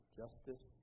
justice